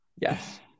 Yes